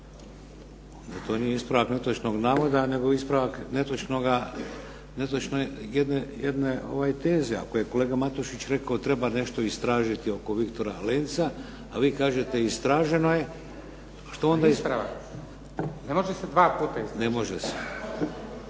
to nije ispravak netočnog navoda, nego ispravak netočne teze. Ako je kolega Matušić rekao da treba nešto istražiti oko Viktora Lenca, onda vi kažete istraženo je. **Linić, Slavko (SDP)** Ne može se dva puta istražiti.